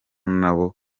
nabo